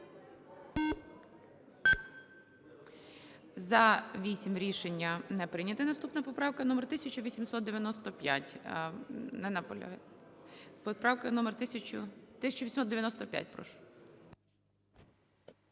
За-8 Рішення не прийнято. Наступна поправка номер 1895.